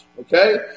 Okay